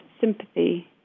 sympathy